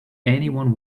anyone